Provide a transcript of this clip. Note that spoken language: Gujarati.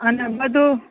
અને બધુ